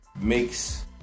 makes